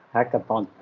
Hackathon